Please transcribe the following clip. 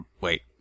Wait